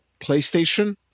PlayStation